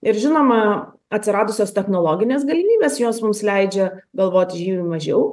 ir žinoma atsiradusios technologinės galimybės jos mums leidžia galvoti žymiai mažiau